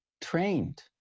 trained